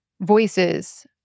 voices